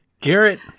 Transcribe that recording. Garrett